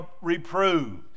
reproved